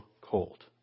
cold